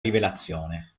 rilevazione